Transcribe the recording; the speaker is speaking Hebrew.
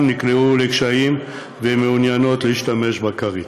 נקלעו לקשיים ומעוניינות להשתמש בכרית.